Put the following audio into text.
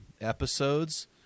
episodes